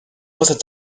cosas